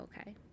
okay